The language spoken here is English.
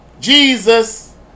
Jesus